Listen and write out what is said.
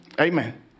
Amen